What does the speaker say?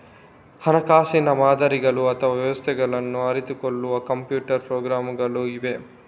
ಹಣಕಾಸಿನ ಮಾದರಿಗಳು ಅಥವಾ ವ್ಯವಸ್ಥೆಗಳನ್ನ ಅರಿತುಕೊಳ್ಳುವ ಕಂಪ್ಯೂಟರ್ ಪ್ರೋಗ್ರಾಮುಗಳು ಇವೆ